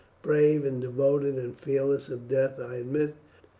brave and devoted, and fearless of death i admit,